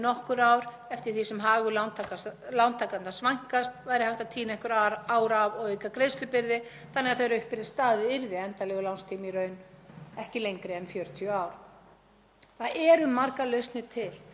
í raun 40 ár. Það eru margar lausnir til, bara ef við erum tilbúin til að líta örlítið út fyrir rammann sem við höfum sjálf byggt í kringum okkur. Hann er mannanna verk en ekki ófrávíkjanlegt lögmál.